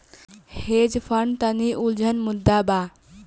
hedge fund तनि उलझल मुद्दा बा